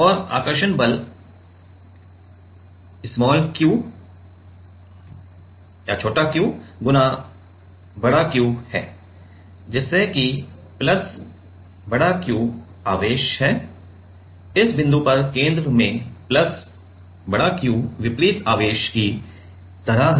और आकर्षक बल q Q है जिससे कि प्लस Q आवेश है इस बिंदु पर केंद्र में प्लस Q विपरीत आवेश की तरह है